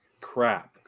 crap